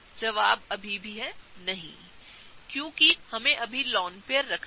जवाब अभी भी नहीं है क्योंकि हमें अभी लोन पेयर रखने हैं